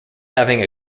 having